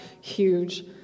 huge